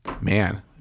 man